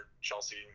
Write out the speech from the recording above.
Chelsea